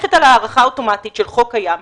נסמכת על הארכה אוטומטית של חוק קיים,